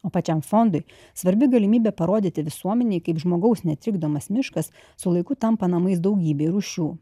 o pačiam fondui svarbi galimybė parodyti visuomenei kaip žmogaus netrikdomas miškas su laiku tampa namais daugybei rūšių